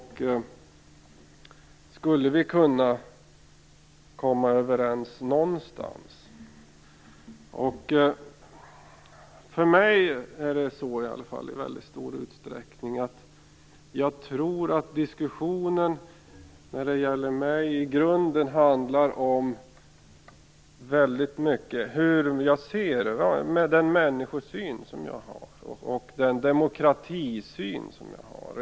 Skulle vi kunna komma överens någonstans? För mig handlar diskussionen i mycket stor utsträckning om den människosyn och den demokratisyn som jag har.